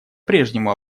прежнему